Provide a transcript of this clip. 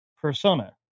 persona